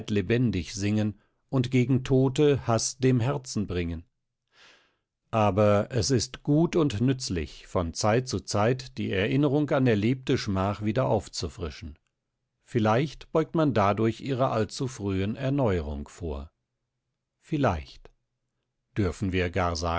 lebendig singen und gegen tote haß dem herzen bringen aber es ist gut und nützlich von zeit zu zeit die erinnerung an erlebte schmach wieder aufzufrischen vielleicht beugt man dadurch ihrer allzufrühen erneuerung vor vielleicht dürfen wir gar